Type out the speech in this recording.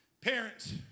Parents